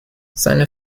seine